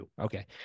okay